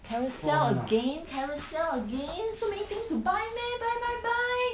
Carousell again Carousell again so many things to buy meh buy buy buy